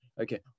Okay